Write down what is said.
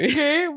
Okay